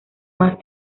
más